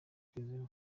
kwizera